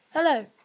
Hello